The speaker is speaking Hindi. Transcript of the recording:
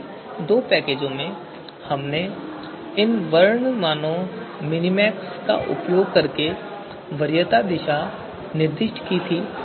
पिछले दो पैकेजों में हमने इन वर्ण मानों मिनमैक्स का उपयोग करके वरीयता दिशा निर्दिष्ट की थी